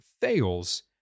fails